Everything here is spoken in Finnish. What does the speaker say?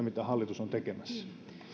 mitä hallitus on tekemässä